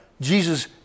Jesus